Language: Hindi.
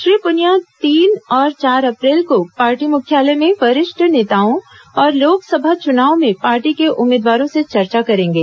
श्री पुनिया तीन और चार अप्रैल को पार्टी मुख्यालय में वरिष्ठ नेताओं और लोकसभा चुनाव में पार्टी के उम्मीदवारों से चर्चा करेंगे